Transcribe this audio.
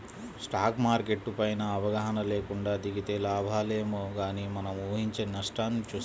stock market పైన అవగాహన లేకుండా దిగితే లాభాలేమో గానీ మనం ఊహించని నష్టాల్ని చూత్తాం